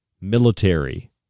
military